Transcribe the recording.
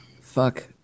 Fuck